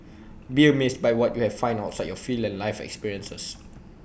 be amazed by what you find outside your field and life experiences